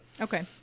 Okay